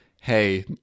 hey